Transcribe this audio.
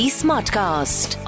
smartcast